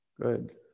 Good